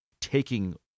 taking